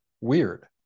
weird